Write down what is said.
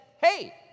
hey